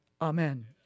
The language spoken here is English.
Amen